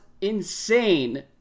insane